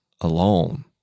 alone